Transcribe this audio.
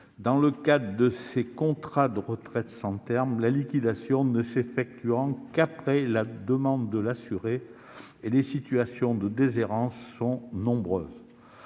Dans le cadre des contrats d'épargne retraite sans terme, la liquidation ne s'effectuant qu'après demande de l'assuré, les situations de déshérence sont nombreuses,